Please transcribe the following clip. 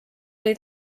oli